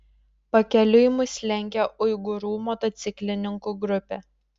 pakeliui mus lenkė uigūrų motociklininkų grupė